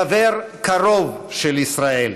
חבר קרוב של ישראל.